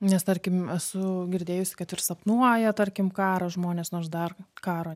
nes tarkim esu girdėjusi kad ir sapnuoja tarkim karą žmonės nors dar karo